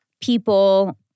people—